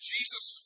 Jesus